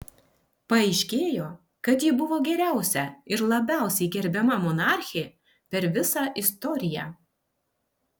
paaiškėjo kad ji buvo geriausia ir labiausiai gerbiama monarchė per visą istoriją